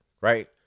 right